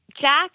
Jack